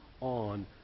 on